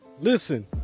Listen